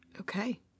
Okay